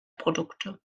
produkte